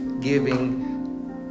giving